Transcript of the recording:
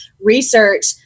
research